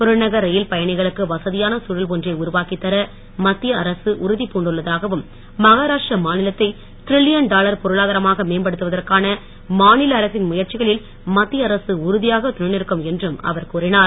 புறநகர் ரயில் பயணிகளுக்கு வசதியான சூழல் ஒன்றை உருவாக்கித் தர மத்திய அரசு உறுதிப் பூண்டுள்ளதாகவும் மகாராடி மாநிலத்தை டிரில்லியன் பொருளாதாரமாக மேம்படுத்துவதற்கான மாநில அரசின் முயற்சிகளில் மத்திய அரசு உறுதியாக துணை நிற்கும் என்றும் அவர் கூறினார்